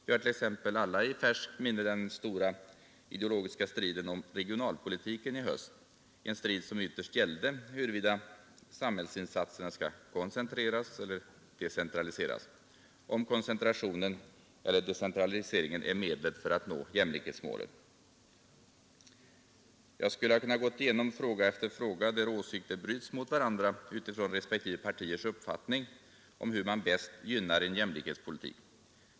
Vi har t.ex. alla i färskt minne den stora ideologiska striden om regionalpolitiken i höstas, en strid som ytterst gällde huruvida samhällsinsatserna skall koncenteras eller decentraliseras — om koncentration eller decentralisering är medlet för att nå jämlikhetsmålet. Jag skulle kunna gå igenom fråga efter fråga där åsikter bryts mot varandra utifrån respektive partiers uppfattning om hur man bäst gynnar en jämlikhetspolitik.